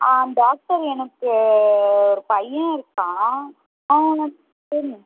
doctor எனக்கு ஒரு பையன் இருக்கான் அவனுக்கு சொல்லுங்க